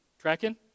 Tracking